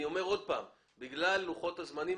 אני אומר שוב שבגלל לוחות הזמנים,